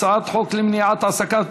הצעה זו התקבלה